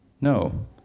No